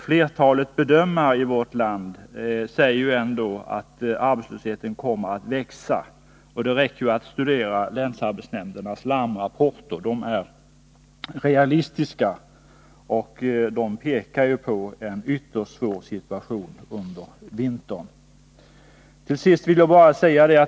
Flertalet bedömare i vårt land säger ju ändå att arbetslösheten kommer att växa. Det räcker med att man studerar länsarbetsnämndernas larmrapporter. De är realistiska, och de pekar på en ytterst svår situation under vintern.